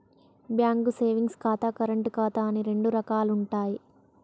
bank savings ఖాతా, current ఖాతా అని రెండు రకాలుంటయ్యి